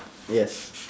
yes